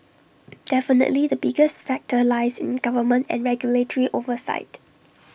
definitely the biggest factor lies in government and regulatory oversight